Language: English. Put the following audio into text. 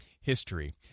history